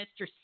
Mr